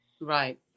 Right